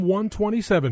127